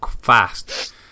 fast